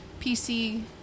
PC